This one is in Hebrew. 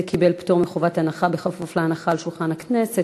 זה קיבל פטור מחובת הנחה כפוף להנחה על שולחן הכנסת.